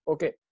Okay